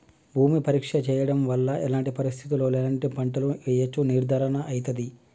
భూమి పరీక్ష చేయించడం వల్ల ఎలాంటి పరిస్థితిలో ఎలాంటి పంటలు వేయచ్చో నిర్ధారణ అయితదా?